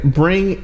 bring